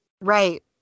Right